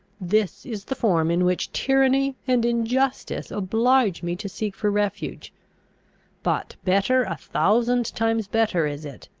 this is the form in which tyranny and injustice oblige me to seek for refuge but better, a thousand times better is it,